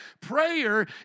Prayer